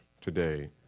today